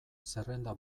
zerrenda